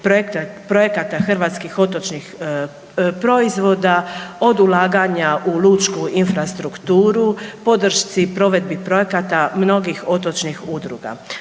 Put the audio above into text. projekata hrvatskih otočnih proizvoda, od ulaganja u lučku infrastrukturu, podršci provedbi projekata mnogih otočnih udruga.